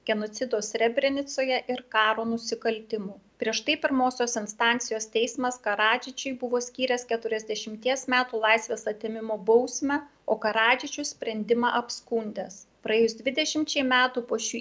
genocido srebrenicoje ir karo nusikaltimų prieš tai pirmosios instancijos teismas karadžičiui buvo skyręs keturiasdešimties metų laisvės atėmimo bausmę o karadžičius sprendimą apskundęs praėjus dvidešimčiai metų po šių